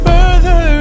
Further